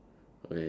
okay